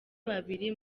babiri